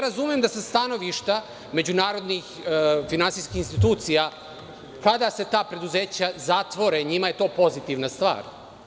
Razumem da sa stanovišta međunarodnih finansijskih institucija, kada se ta preduzeća zatvore, njima je to pozitivna star.